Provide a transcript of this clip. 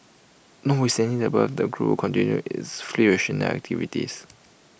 not with standing the above the group continue its fleet rationalisation activities